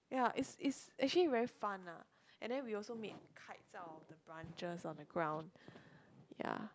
yeah it's it's actually very fun ah and then we also make kites out of the branches on the ground yeah